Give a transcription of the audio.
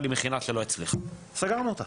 הייתה לי מכינה שלא הצליחה סגרנו אותה,